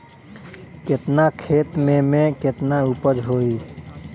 केतना खेत में में केतना उपज होई?